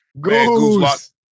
Goose